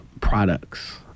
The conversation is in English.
products